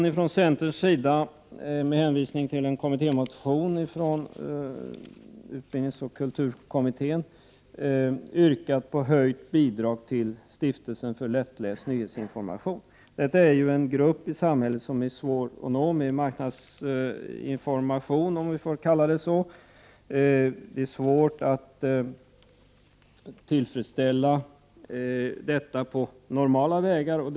Vi har från centerns sida, med hänvisning till en kommittémotion från utbildningsoch kulturkommittén, yrkat på en höjning av bidraget till Stiftelsen för lättläst nyhetsinformation och litteratur. Människor med begåvningshandikapp är en grupp i samhället som det är svårt att nå med marknadsinformation, om jag får kalla det så, och det är svårt att tillfredsställa deras behov i detta avseende på normal väg.